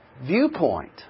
viewpoint